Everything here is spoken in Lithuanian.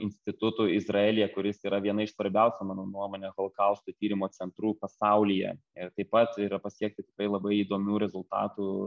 institutu izraelyje kuris yra viena iš svarbiausių mano nuomone holokausto tyrimo centrų pasaulyje ir taip pat yra pasiekti tikrai labai įdomių rezultatų